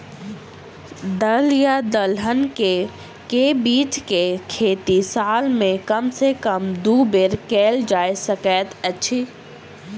दल या दलहन केँ के बीज केँ खेती साल मे कम सँ कम दु बेर कैल जाय सकैत अछि?